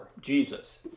Jesus